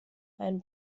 einen